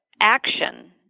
action